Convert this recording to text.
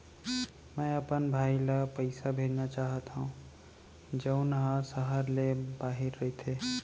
मै अपन भाई ला पइसा भेजना चाहत हव जऊन हा सहर ले बाहिर रहीथे